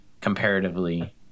comparatively